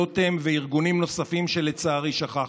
לוט"ם וארגונים נוספים שלצערי שכחתי.